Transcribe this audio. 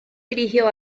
dirigió